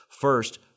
First